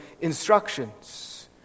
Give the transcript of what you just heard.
instructions